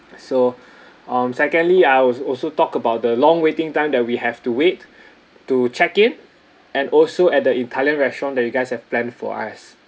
so um secondly I was also talk about the long waiting that we have to wait to check in and also at the italian restaurant that you guys have planned for us